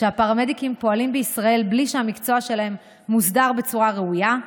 שהפרמדיקים פועלים בישראל בלי שהמקצוע שלהם מוסדר בצורה ראויה,